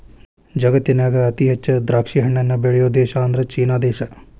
ಜಗತ್ತಿನ್ಯಾಗ ಅತಿ ಹೆಚ್ಚ್ ದ್ರಾಕ್ಷಿಹಣ್ಣನ್ನ ಬೆಳಿಯೋ ದೇಶ ಅಂದ್ರ ಚೇನಾ ದೇಶ